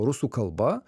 rusų kalba